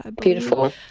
Beautiful